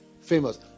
famous